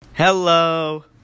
Hello